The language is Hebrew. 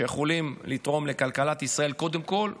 שיכולים לתרום לכלכלת ישראל קודם כול,